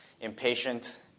impatient